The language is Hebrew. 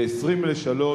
ב-14:40,